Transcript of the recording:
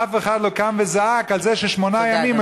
אף אחד לא זעק על זה ששמונה ימים,